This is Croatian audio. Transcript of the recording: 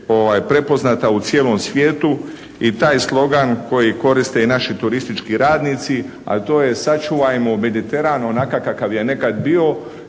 prepoznata u cijelom svijetu. I taj slogan koji koriste i naši turistički radnici, a to je "sačuvajmo Mediteran onakav kakav je nekad bio".